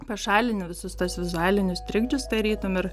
pašalini visus tuos vizualinius trikdžius tarytum ir